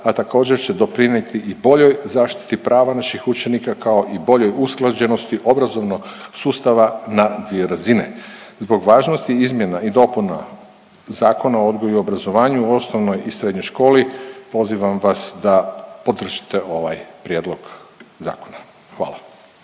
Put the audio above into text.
a također će doprinijeti i boljoj zaštiti prava naših učenika kao i boljoj usklađenosti obrazovnog sustava na dvije razine. Zbog važnosti izmjena i dopuna Zakona o odgoju i obrazovanju u osnovnoj i srednjoj školi, pozivam vas da podržite ovaj prijedlog zakona. Hvala.